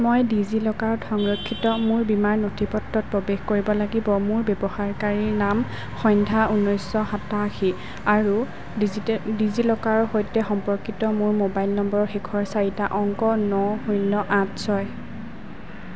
মই ডিজিলকাৰত সংৰক্ষিত মোৰ বীমাৰ নথিপত্ৰত প্ৰৱেশ কৰিব লাগিব মোৰ ব্যৱহাৰকাৰীৰ নাম সন্ধ্যা ঊনৈছশ সাতাশী আৰু ডিজিটেল ডিজিলকাৰৰ সৈতে সম্পৰ্কিত মোৰ মোবাইল নম্বৰৰ শেষৰ চাৰিটা অংক ন শূন্য আঠ ছয়